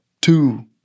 two